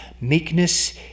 meekness